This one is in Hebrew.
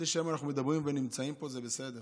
זה בסדר